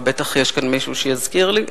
ובטח יש כאן מישהו שיזכיר לי,